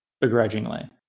begrudgingly